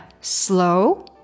slow